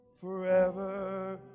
Forever